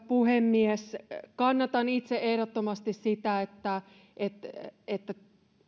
puhemies kannatan itse ehdottomasti sitä että